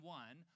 one